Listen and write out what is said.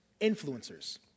influencers